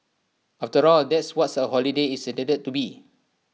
after all that's what's A holiday is intended to be